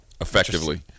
effectively